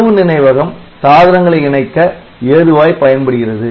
தரவு நினைவகம் சாதனங்களை இணைக்க ஏதுவாய் பயன்படுகிறது